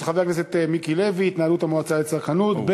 של חבר הכנסת מיקי לוי: התנהלות המועצה לצרכנות.